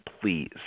please